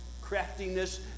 craftiness